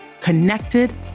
connected